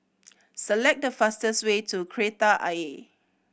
select the fastest way to Kreta Ayer